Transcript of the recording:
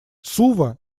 сува